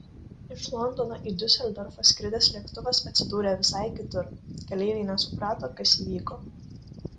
iš londono į diuseldorfą skridęs lėktuvas atsidūrė visai kitur keleiviai nesuprato kas įvyko